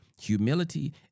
Humility